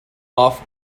off